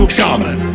Shaman